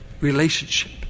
relationship